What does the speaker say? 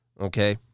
Okay